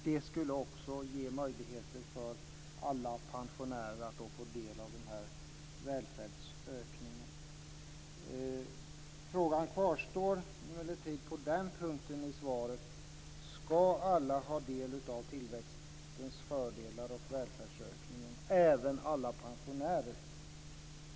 Det skulle ge möjligheter för alla pensionärer att få del av den här välfärdsökningen. Frågan kvarstår emellertid på den punkten när det gäller svaret: Ska alla ha del av tillväxtens fördelar och av välfärdsökningen, även alla pensionärer?